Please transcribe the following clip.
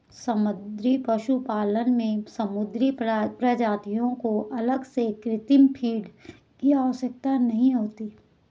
समुद्री पशुपालन में समुद्री प्रजातियों को अलग से कृत्रिम फ़ीड की आवश्यकता नहीं होती